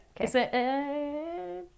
Okay